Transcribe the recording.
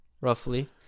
roughly